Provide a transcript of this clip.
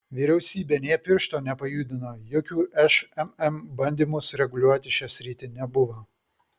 vyriausybė nė piršto nepajudino jokių šmm bandymų sureguliuoti šią sritį nebuvo